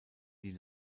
die